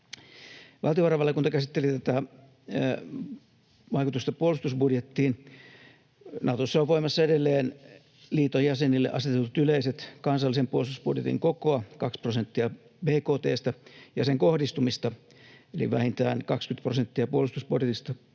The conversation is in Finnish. Valtiovarainvaliokunta käsitteli vaikutusta puolustusbudjettiin. Natossa ovat voimassa edelleen liiton jäsenille asetettu yleinen kansallisen puolustusbudjetin koko, kaksi prosenttia bkt:stä, ja sen kohdistuminen, eli vähintään 20 prosenttia puolustusbudjetista